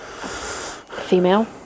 Female